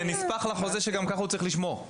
זה נספח לחוזה שגם ככה הוא צריך לשמור.